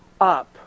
up